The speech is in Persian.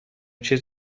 چیز